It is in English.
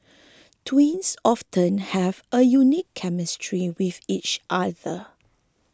twins often have a unique chemistry with each other